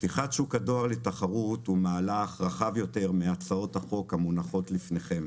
פתיחת שוק הדואר לתחרות הוא מהלך רחב יותר מהצעות החוק המונחות לפניכם